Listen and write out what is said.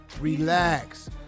Relax